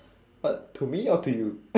but to me or to you